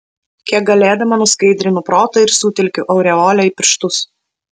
kiek galėdama nuskaidrinu protą ir sutelkiu aureolę į pirštus